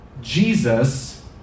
Jesus